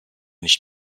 nicht